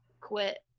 quit